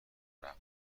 رحم